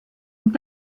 und